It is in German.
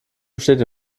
besteht